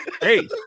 Hey